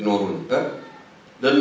you know th